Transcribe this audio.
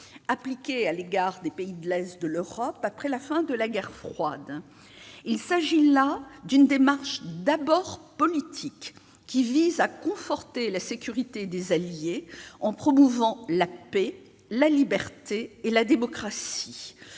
appliquée aux pays de l'est de l'Europe après la fin de la guerre froide. Cette démarche est d'abord politique : elle vise à conforter la sécurité des alliés en promouvant la paix, la liberté et la démocratie.